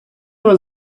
вас